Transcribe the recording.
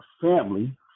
family